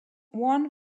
one